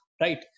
right